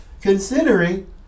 considering